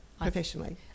professionally